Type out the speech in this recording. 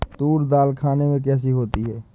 तूर दाल खाने में कैसी होती है?